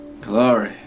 Glory